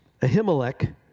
Ahimelech